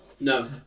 No